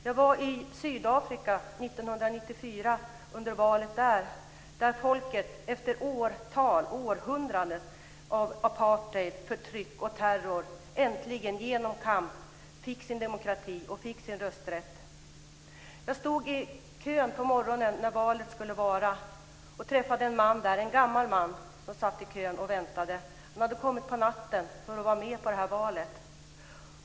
Jag var i Sydafrika 1994, under valet där, då folket efter århundraden av apartheid, förtryck och terror äntligen genom kamp fick sin demokrati och sin rösträtt. Jag stod i kön på morgonen när valet skulle hållas, och träffade en gammal man som satt i kön och väntade. Han hade kommit på natten för att vara med i valet.